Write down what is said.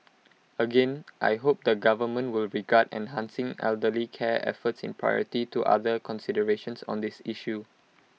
again I hope the government will regard enhancing elderly care efforts in priority to other considerations on this issue